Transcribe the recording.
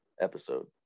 episode